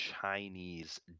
Chinese